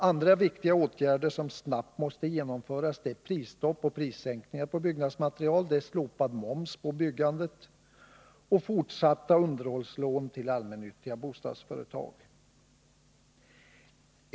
Andra viktiga åtgärder som snabbt måste genomföras är prisstopp och prissänkningar på byggnadsmaterial, slopad moms på byggandet och fortsatta underhållslån till allmännyttiga bostadsföretag.